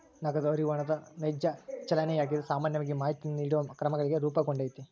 ನಗದು ಹರಿವು ಹಣದ ನೈಜ ಚಲನೆಯಾಗಿದೆ ಸಾಮಾನ್ಯವಾಗಿ ಮಾಹಿತಿಯನ್ನು ನೀಡುವ ಕ್ರಮಗಳಾಗಿ ರೂಪುಗೊಂಡೈತಿ